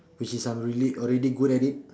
which is I'm really already good at it